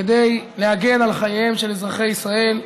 כדי להגן על חייהם של אזרחי ישראל,